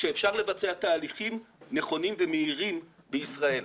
שאפשר לבצע תהליכים נכונים ומהירים בישראל.